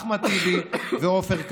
אחמד טיבי ועופר כסיף,